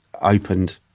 opened